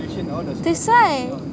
that's why